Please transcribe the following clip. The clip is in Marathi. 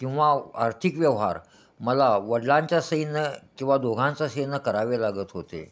किंवा आर्थिक व्यवहार मला वडिलांच्या सहीनं किंवा दोघांच्या सहीनं करावे लागत होते